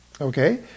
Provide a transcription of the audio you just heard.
Okay